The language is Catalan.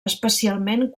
especialment